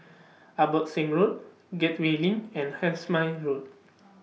Abbotsingh Road Gateway LINK and Road